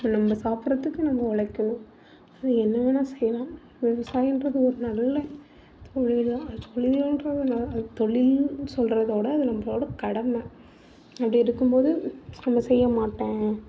நம்ம சாப்பிட்றத்துக்கு நம்ம உழைக்கணும் அது என்ன வேணா செய்யலாம் விவசாயன்றது ஒரு நல்ல தொழிலாக தொழில் தொழில்னு சொல்றதவிட அது நம்மளோய கடமை அப்படி இருக்கும் போது நம்ம செய்ய மாட்டோம்